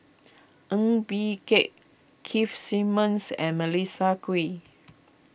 Ng Bee Kia Keith Simmons and Melissa Kwee